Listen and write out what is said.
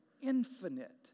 infinite